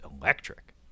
electric